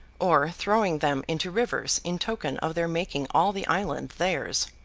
or throwing them into rivers, in token of their making all the island theirs.